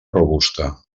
robusta